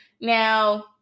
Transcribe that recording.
Now